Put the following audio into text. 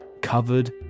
covered